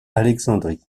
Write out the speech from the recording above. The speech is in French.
alexandrie